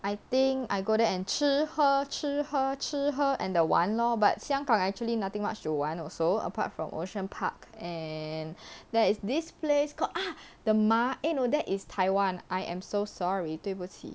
I think I go there and 吃喝吃喝吃喝 and the 玩 lor but 香港 actually nothing much to 玩 also apart from ocean park and there is this place called ah the 马 eh no that is taiwan I am so sorry 对不起